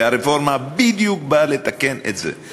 והרפורמה בדיוק באה לתקן את זה.